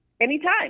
Anytime